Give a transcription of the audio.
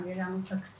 אם יהיה לנו תקציב,